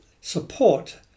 support